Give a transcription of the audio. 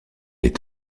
est